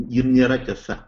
ji nėra tiesa